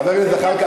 חבר הכנסת זחאלקה,